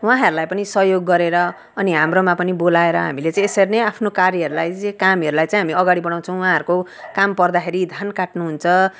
उहाँहरूलाई पनि सहयोग गरेर अनि हाम्रोमा पनि बोलाएर हामीले चाहिँ यसरी नै आफ्नो कार्यहरूलाई जे कामहरूलाई चाहिँ हामी अगाडि बढाउँछौँ उहाँहरूको काम पर्दाखेरि धान काट्नु हुन्छ